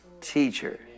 teacher